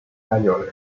annually